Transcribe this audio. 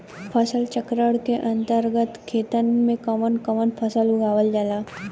फसल चक्रण के अंतर्गत खेतन में कवन कवन फसल उगावल जाला?